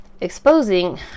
exposing